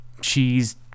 cheese